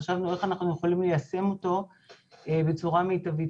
חשבנו איך אנחנו יכולים ליישם אותו בצורה המיטבית.